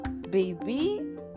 baby